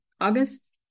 August